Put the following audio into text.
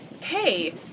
Hey